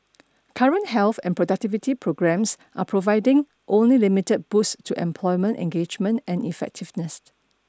current health and productivity programmes are providing only limited boosts to employment engagement and effectiveness